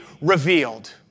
revealed